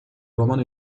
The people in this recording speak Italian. romano